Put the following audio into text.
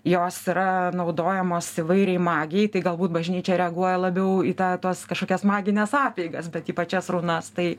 jos yra naudojamos įvairiai magijai tai galbūt bažnyčia reaguoja labiau į tą tuos kažkokias magines apeigas bet į pačias runas tai